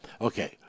okay